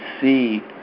see